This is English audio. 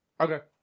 Okay